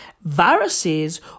viruses